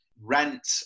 rent